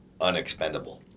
unexpendable